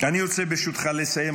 אני רוצה ברשותך לסיים.